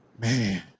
Man